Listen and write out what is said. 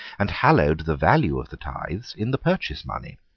and hallowed the value of the tithes in the purchase money.